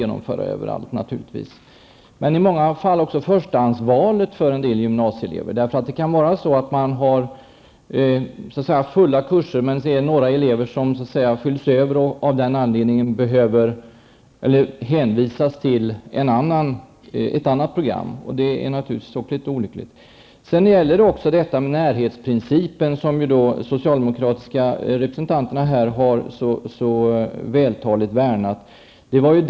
Men det gäller i många fall också förstahandsvalet för en del gymnasieelever. En del kurser kan bli fulltecknade, och några elever blir över. Av den anledningen hänvisas de till ett annat program. Det är naturligtvis också olyckligt. De socialdemokratiska representanterna har här vältaligt värnat om närhetsprincipen.